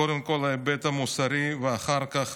קודם כול ההיבט המוסרי, ואחר כך